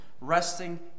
Resting